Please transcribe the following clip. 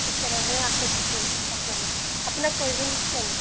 ঠিক তেনেধৰণে আছে কিছু পাচলি আপোনাক প্ৰয়োজন হৈছিলে নেকি